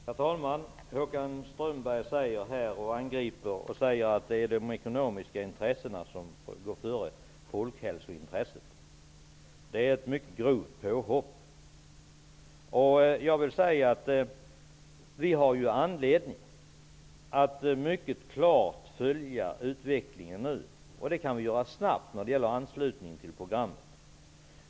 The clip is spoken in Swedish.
Herr talman! Håkan Strömberg säger att de ekonomiska intressena får gå före folkhälsointresset. Det är ett mycket grovt påhopp. Vi har anledning att mycket noga följa utvecklingen, och det kan vi göra snabbt genom anslutningen till programmet.